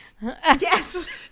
Yes